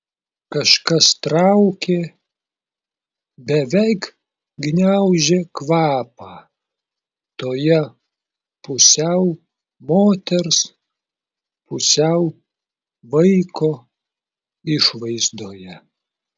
kažkas traukė beveik gniaužė kvapą toje pusiau moters pusiau vaiko išvaizdoje